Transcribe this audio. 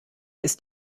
ist